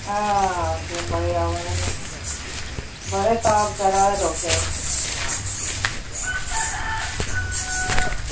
आं ते एह् मज़ा आवा दा बड़े ताप चढ़ा दे लोकें ई